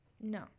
no